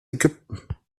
ägypten